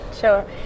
sure